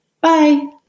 Bye